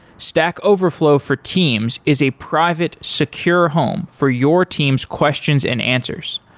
stack overflow for teams is a private secure home for your team's questions and answers.